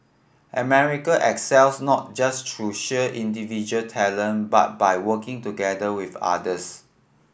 America excels not just through sheer individual talent but by working together with others